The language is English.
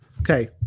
okay